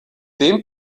dem